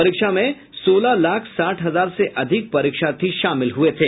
परीक्षा में सोलह लाख साठ हजार से अधिक परीक्षार्थी शामिल हुये थे